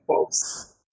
folks